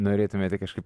norėtumėte kažkaip